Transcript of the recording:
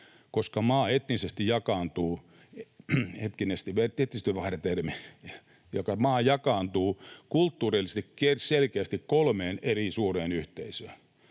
koska maa etnisesti jakaantuu... — ”Etnisesti” on väärä termi. Maa jakaantuu kulttuurillisesti selkeästi kolmeen eri suureen yhteisöön,